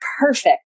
perfect